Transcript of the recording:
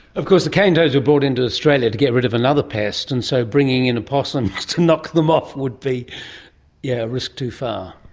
of course the cane toads were brought into australia to get rid of another pest, and so bringing in opossums to knock them off would be a yeah risk too far.